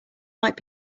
might